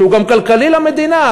שהוא גם כלכלי למדינה,